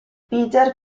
peter